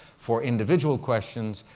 for individual questions,